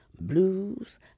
blues